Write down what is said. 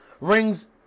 rings